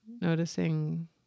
noticing